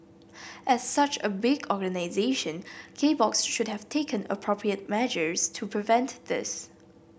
as such a big organisation K Box should have taken appropriate measures to prevent this